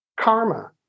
Karma